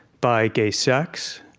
by gay sex,